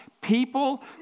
People